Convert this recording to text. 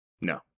no